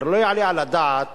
הרי לא יעלה על הדעת